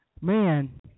man